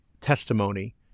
testimony